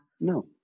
No